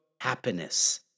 happiness